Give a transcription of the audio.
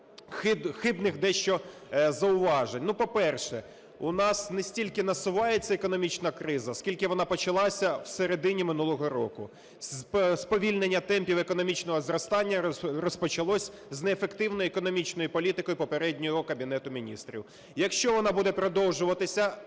хибних дещо зауважень. По-перше, у нас не стільки насувається економічна криза, скільки вона почалася в середині минулого року. Сповільнення темпів економічного зростання розпочалось з неефективної економічної політики попереднього Кабінету Міністрів. Якщо вона буде продовжуватися,